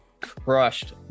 crushed